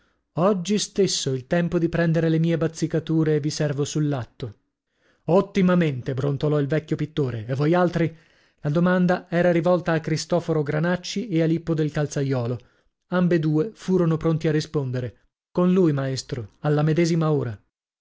oggi stesso il tempo di prendere le mie bazzicature e vi servo sull'atto ottimamente brontolò il vecchio pittore e voi altri la domanda era rivolta a cristoforo granacci e a lippo del calzaiolo ambedue furono pronti a rispondere con lui maestro alla medesima ora